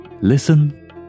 Listen